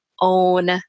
own